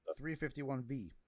351V